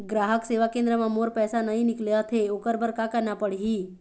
ग्राहक सेवा केंद्र म मोर पैसा नई निकलत हे, ओकर बर का करना पढ़हि?